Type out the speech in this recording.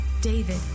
David